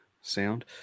sound